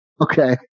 Okay